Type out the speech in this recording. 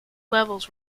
levels